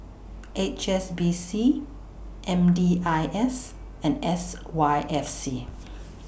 H S B C M D I S and S Y F C